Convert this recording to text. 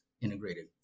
integrated